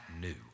new